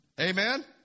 Amen